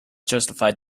justified